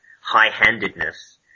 high-handedness